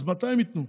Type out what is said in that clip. אז מתי הם ייתנו?